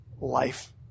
life